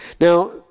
Now